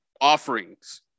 offerings